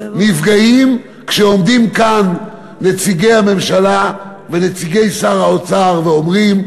נפגעים כשעומדים כאן נציגי הממשלה ונציגי שר האוצר ואומרים: